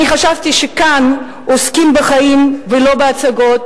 אני חשבתי שכאן עוסקים בחיים ולא בהצגות.